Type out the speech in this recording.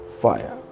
fire